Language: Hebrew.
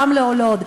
רמלה או לוד.